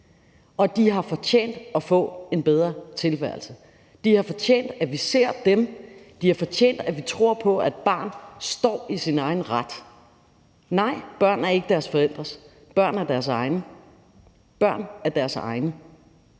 og de har fortjent at få en bedre tilværelse, de har fortjent, at vi ser dem, de har fortjent, at vi tror på, at barnet står i sin egen ret. Nej, børn er ikke deres forældres, børn er deres egne, og hvis forældrene